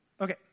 Okay